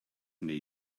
wnei